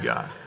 God